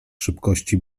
szybkości